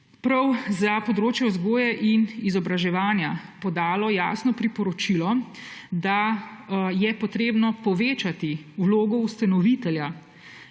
prav za področje vzgoje in izobraževanja podalo jasno priporočilo, da je treba povečati vlogo ustanovitelja